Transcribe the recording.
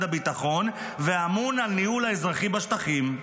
הביטחון ואמון על הניהול האזרחי בשטחים.